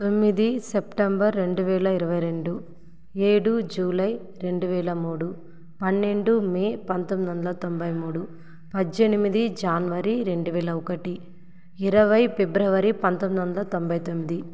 తొమ్మిది సెప్టెంబర్ రెండు వేల ఇరవై రెండు ఏడు జూలై రెండు వేల మూడు పన్నెండు మే పంతొమ్మిది వందల తొంభై మూడు పద్దెనిమిది జాన్వరి రెండువేల ఒకటి ఇరవై ఫిబ్రవరి పంతొమ్మిది వందల తొంభై తొమ్మిది